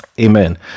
Amen